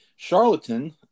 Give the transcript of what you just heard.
Charlatan